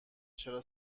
چرا